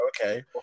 okay